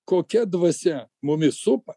kokia dvasia mumis supa